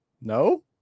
no